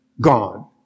Gone